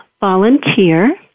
volunteer